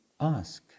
ask